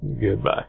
goodbye